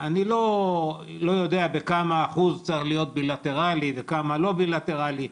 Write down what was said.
אני לא יודע בכמה אחוז צריך להיות בילטראלי וכמה לא בילטראלי,